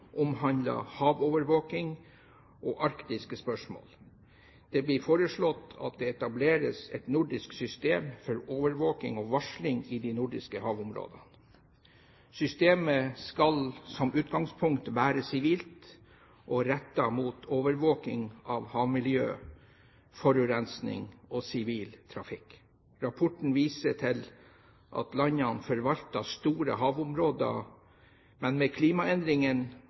omhandler havovervåking og arktiske spørsmål. Det blir foreslått at det etableres et nordisk system for overvåking og varsling i de nordiske havområdene. Systemet skal som utgangspunkt være sivilt og rettet mot overvåking av havmiljø, forurensning og sivil trafikk. Rapporten viser til at landene forvalter store havområder, men med